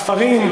בספרים,